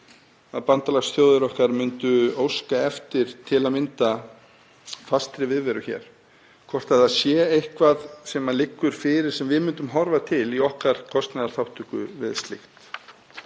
að bandalagsþjóðir okkar myndu óska eftir til að mynda fastri viðveru hér hvort það sé eitthvað sem liggur fyrir sem við myndum horfa til í okkar kostnaðarþátttöku við slíkt.